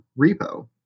repo